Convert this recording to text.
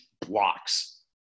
blocks